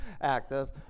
active